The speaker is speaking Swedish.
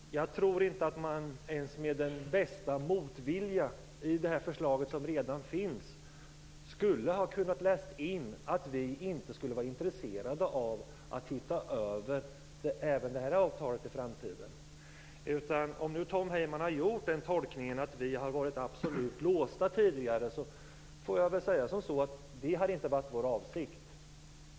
Herr talman! Jag tror inte att man ens med den bästa motvilja i världen mot det förslag som finns kan läsa in att vi inte skulle vara intresserade av att se över även det här avtalet i framtiden. Om nu Tom Heyman har gjort den tolkningen att vi tidigare har varit absolut låsta vill jag säga att det inte har varit vår avsikt.